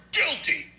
guilty